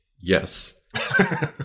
yes